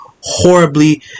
horribly